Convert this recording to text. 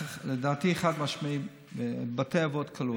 לדעתי חד-משמעית בתי אבות כלולים.